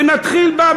ונתחיל בה,